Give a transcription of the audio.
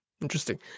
Interesting